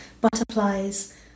butterflies